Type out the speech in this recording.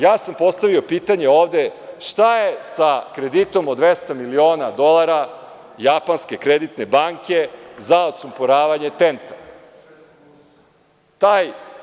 Ja sam postavio pitanje ovde – šta je sa kreditom od 200 miliona dolara Japanske kreditne banke za odsumporavanje TENT-a?